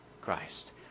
Christ